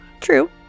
True